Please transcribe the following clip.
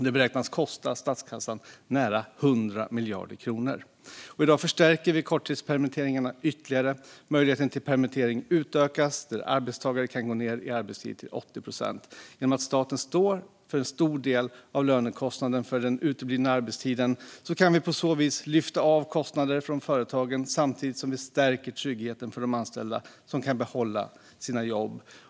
Det beräknas kosta statskassan nära 100 miljarder kronor. I dag förstärker vi korttidspermitteringarna ytterligare. Möjligheten till permittering utökas. Arbetstagare kan gå ned i arbetstid till 80 procent. Genom att staten står för en stor del av lönekostnaden för den uteblivna arbetstiden kan vi lyfta kostnader från företagen samtidigt som vi stärker tryggheten för de anställda, som kan behålla sina jobb.